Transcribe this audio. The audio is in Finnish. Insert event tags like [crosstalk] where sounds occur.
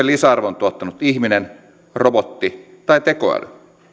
[unintelligible] lisäarvon tuottanut ihminen robotti vai tekoäly